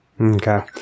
okay